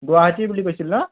গুৱাহাটী বুলি কৈছিল ন'